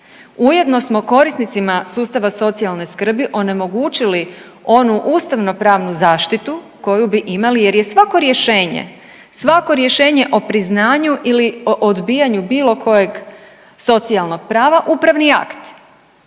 Ujedno smo korisnicima sustava socijalne skrbi onemogućili onu ustavno-pravnu zaštitu koju bi imali jer je svako rješenje, svako rješenje o priznanju ili o odbijanju bilo kojeg socijalnog prava upravni akt.